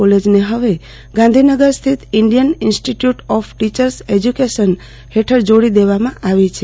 કોલજ ને હવે ગાંધીનગર સ્થિત Indian institute of teachers education I I T E હેઠળ જોડી દેવામાં આવી છ